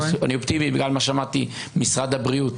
אני אופטימי בגלל מה ששמעתי ממשרד הבריאות,